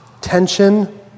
tension